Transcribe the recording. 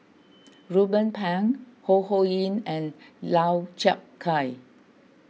Ruben Pang Ho Ho Ying and Lau Chiap Khai